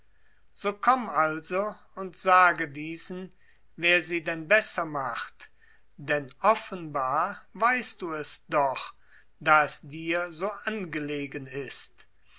so komm also und sage diesen wer sie denn besser macht denn offenbar weißt du es doch da es dir so angelegen ist